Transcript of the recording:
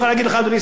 אדוני שר האוצר,